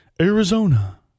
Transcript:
Arizona